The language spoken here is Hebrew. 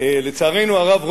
לצערנו הרב,